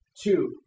two